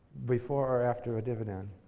before or after a dividend.